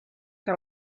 que